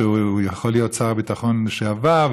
שהוא יכול להיות שר הביטחון לשעבר,